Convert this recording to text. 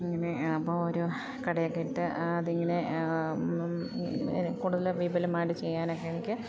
ഇങ്ങനെ അപ്പം ഒരു കടയൊക്കെ ഇട്ട് അത് ഇങ്ങനെ കൂടുതൽ വിപുലമായിട്ട് ചെയ്യാനൊക്കെ എനിക്ക്